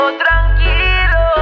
tranquilo